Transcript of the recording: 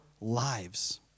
lives